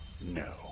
No